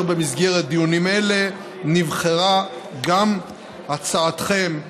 ובמסגרת דיונים אלה נבחרה גם הצעתכם.